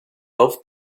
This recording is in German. lauf